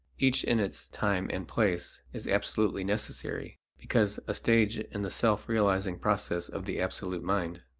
each in its time and place is absolutely necessary, because a stage in the self-realizing process of the absolute mind.